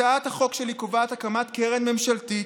הצעת החוק שלי קובעת הקמת קרן ממשלתית